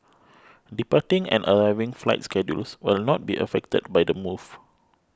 departing and arriving flight schedules will not be affected by the move